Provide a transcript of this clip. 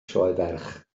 sioeferch